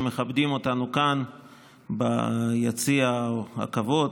שמכבדים אותנו כאן ביציע הכבוד.